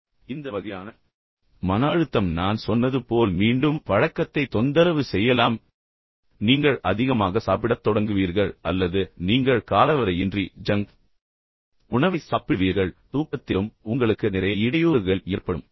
பின்னர் இந்த வகையான மன அழுத்தம் நான் சொன்னது போல் மீண்டும் வழக்கத்தைத் தொந்தரவு செய்யலாம் நீங்கள் அதிகமாக சாப்பிடத் தொடங்குவீர்கள் அல்லது நீங்கள் காலவரையின்றி ஜங்க் உணவை சாப்பிடுவீர்கள் பின்னர் தூக்கத்திலும் உங்களுக்கு நிறைய இடையூறுகள் ஏற்படும்